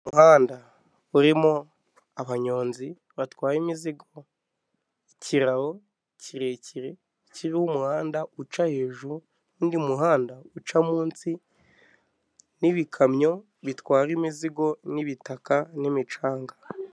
Umuhanda urimo abanyonzi batwaye imizigo, ikiraro kirekire kiriho umuhanda uca hejuru y'undi muhanda uca munsi, n'ibikamyo bitwara imizigo n'ibitaka n'imicanga.